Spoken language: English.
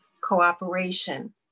cooperation